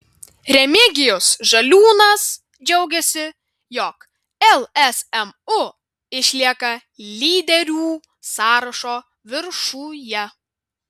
remigijus žaliūnas džiaugėsi jog lsmu išlieka lyderių sąrašo viršuje